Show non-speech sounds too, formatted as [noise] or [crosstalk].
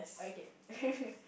okay [laughs]